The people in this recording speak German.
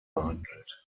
behandelt